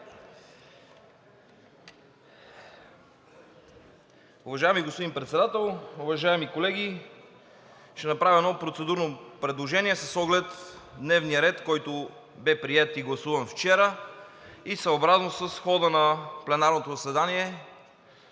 Уважаеми господин Председател, уважаеми колеги! Ще направя едно процедурно предложение, с оглед дневния ред, който бе приет и гласуван вчера и съобразно с хода на пленарното заседание